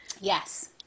Yes